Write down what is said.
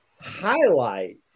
highlight